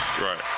right